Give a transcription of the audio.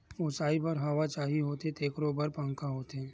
ओसाए बर हवा चाही होथे तेखरो बर पंखा होथे